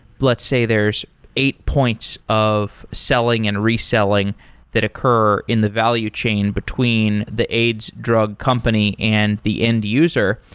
let's say there's eight points of selling and reselling that occur in the value chain between the aids drug company and the end user.